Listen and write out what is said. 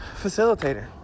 facilitator